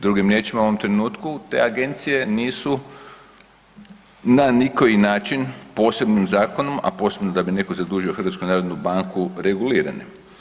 Drugim riječima, u ovom trenutku te agencije nisu na nikoji način posebnim zakonom, a posebno da bi neko zadužio HNB, regulirane.